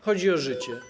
Chodzi o życie.